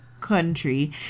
country